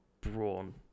brawn